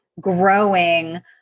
growing